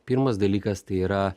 pirmas dalykas tai yra